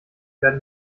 werden